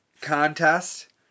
contest